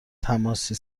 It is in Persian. تماسی